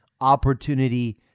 opportunity